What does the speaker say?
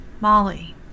Molly